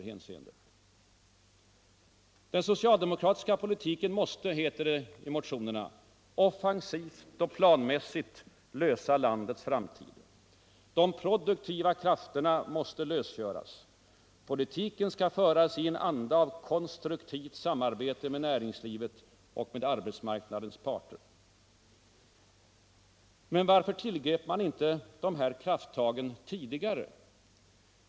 hänseendet. Den socialdemokratiska politiken måste — heter det i motionerna - offensivt och planmässigt lösa landets framtidsproblem. De produktiva krafterna måste lösgöras. Politiken skall föras i en anda av konstruktivt samarbete med näringslivet och med arbetsmarknadens parter. Varför tillgrep man inte dessa krafttag tidigare?